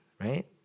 Right